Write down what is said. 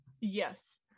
Yes